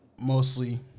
mostly